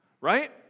Right